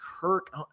Kirk